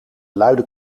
luide